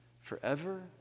forever